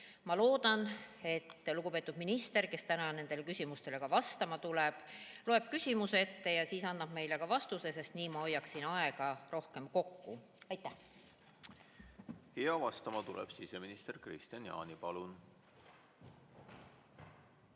Ma loodan, et lugupeetud minister, kes täna nendele küsimustele vastama tuleb, loeb ette küsimuse ja siis annab ka vastuse. Nii ma hoian aega rohkem kokku. Aitäh! Vastama tuleb siseminister Kristian Jaani. Palun!